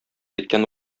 иткән